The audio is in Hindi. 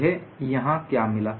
मुझे यहाँ क्या मिला